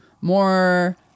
more